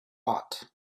bought